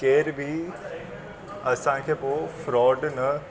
केर बि असांखे पोइ फ्रॉड न